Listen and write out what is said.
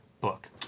book